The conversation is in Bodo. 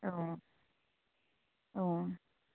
औ औ